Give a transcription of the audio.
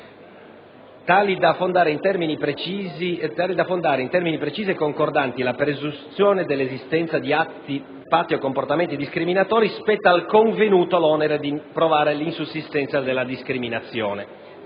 tali da fondare in termini precisi e concordanti la presunzione dell'esistenza di atti, patti o comportamenti discriminatori, spetta al convenuto l'onere di provare l'insussistenza della discriminazione.